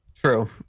True